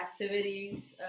activities